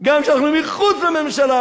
גם כשאנחנו מחוץ לממשלה.